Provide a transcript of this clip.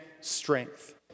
strength